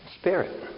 spirit